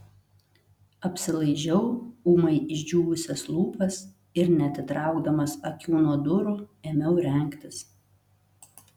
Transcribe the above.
apsilaižiau ūmai išdžiūvusias lūpas ir neatitraukdamas akių nuo durų ėmiau rengtis